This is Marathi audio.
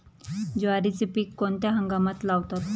ज्वारीचे पीक कोणत्या हंगामात लावतात?